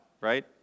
right